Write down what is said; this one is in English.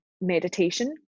meditation